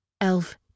Elf